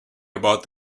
about